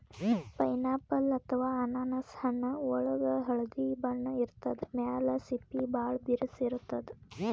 pineapple ಅಥವಾ ಅನಾನಸ್ ಹಣ್ಣ್ ಒಳ್ಗ್ ಹಳ್ದಿ ಬಣ್ಣ ಇರ್ತದ್ ಮ್ಯಾಲ್ ಸಿಪ್ಪಿ ಭಾಳ್ ಬಿರ್ಸ್ ಇರ್ತದ್